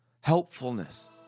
helpfulness